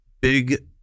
big